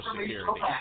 Security